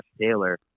taylor